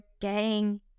gang